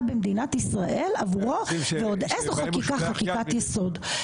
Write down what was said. במדינת ישראל עבורו וזאת חקיקת יסוד.